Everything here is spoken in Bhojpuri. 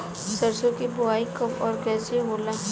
सरसो के बोआई कब और कैसे होला?